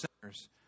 sinners